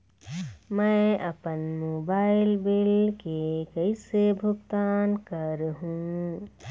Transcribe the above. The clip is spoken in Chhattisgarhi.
मैं अपन मोबाइल बिल के कैसे भुगतान कर हूं?